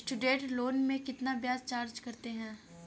Student loan में कितना ब्याज चार्ज करते हैं?